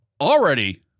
already